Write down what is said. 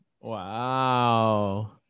Wow